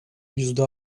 yüzde